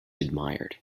admired